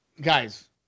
Guys